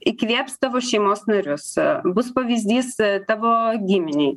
įkvėps tavo šeimos narius bus pavyzdys tavo giminei